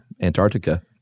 Antarctica